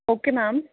okay ma'am